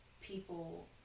people